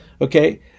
Okay